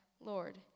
Lord